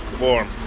warm